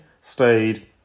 stayed